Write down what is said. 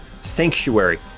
sanctuary